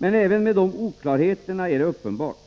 Men även med dessa oklarheter är det uppenbart